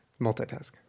multitask